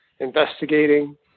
investigating